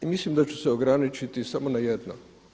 I mislim da ću se ograničiti samo na jedno.